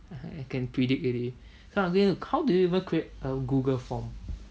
I can predict already so I'm going to how do you even create a google form